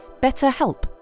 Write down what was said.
BetterHelp